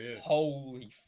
holy